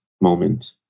moment